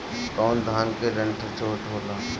कौन धान के डंठल छोटा होला?